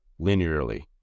linearly